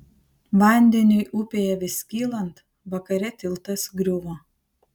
vandeniui upėje vis kylant vakare tiltas griuvo